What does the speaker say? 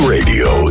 Radio